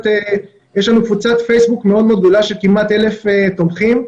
יש לנו קבוצת פייסבוק מאוד מאוד גדולה של כמעט 1,000 תומכים.